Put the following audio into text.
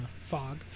fog